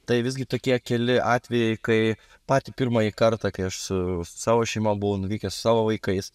tai visgi tokie keli atvejai kai patį pirmąjį kartą kai aš su savo šeima buvau nuvykęs savo vaikais